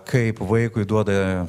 kaip vaikui duota